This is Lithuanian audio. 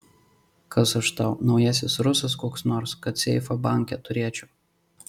kas aš tau naujasis rusas koks nors kad seifą banke turėčiau